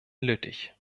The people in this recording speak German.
lüttich